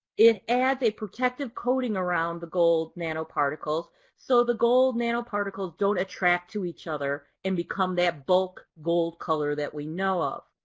it adds a protective coating around the gold nanoparticles so the gold nanoparticles don't attract to each other and become that bulk gold color that we know of